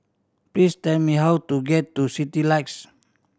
please tell me how to get to Citylights